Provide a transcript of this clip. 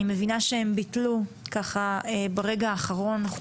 מבינה שהם ביטלו את הגעתם ברגע האחרון.